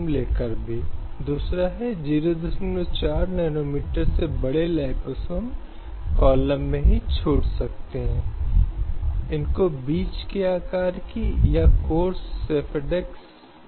लेकिन ऐसे सभी स्वतंत्रता और अधिकार जो मानव जीने के लिए और गरिमा के साथ जीने के लिए आवश्यक हैं जो अनुच्छेद 21 के दायरे में आते हैं